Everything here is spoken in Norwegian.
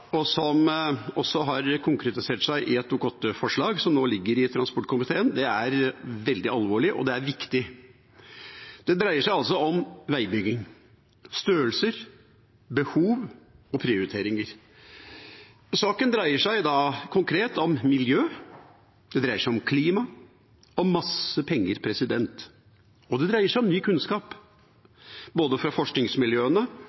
og som også har konkretisert seg i et Dokument 8-forslag som nå ligger i transportkomiteen, er veldig alvorlig, og det er viktig. Det dreier seg altså om veibygging, størrelser, behov og prioriteringer. Saken dreier seg konkret om miljø, om klima og om masse penger, og det dreier seg om ny